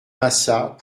massat